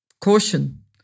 caution